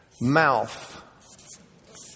mouth